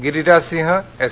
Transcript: Giriraj Singh S